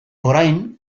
orain